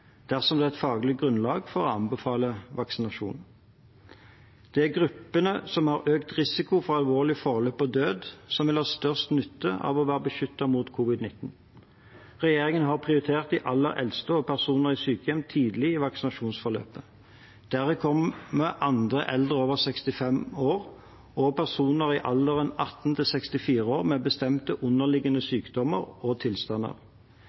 er gruppene som har økt risiko for alvorlig forløp og død, som vil ha størst nytte av å være beskyttet mot covid-19. Regjeringen har prioritert de aller eldste og personer i sykehjem tidlig i vaksinasjonsforløpet. Deretter kommer andre eldre over 65 år og personer i alderen 18–64 år med bestemte underliggende sykdommer og tilstander.